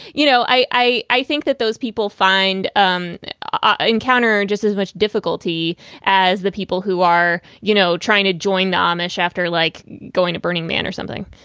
you know, i i i think that those people find um i encountered just as much difficulty as the people who are, you know, trying to join the amish after, like, going at burning man or something.